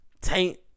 taint